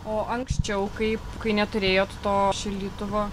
o anksčiau kai kai neturėjot to šaldytuvo